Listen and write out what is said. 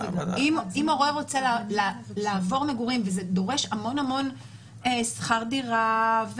אם הורה רוצה לעבור מגורים וזה דורש המון שכר דירה,